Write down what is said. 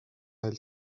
del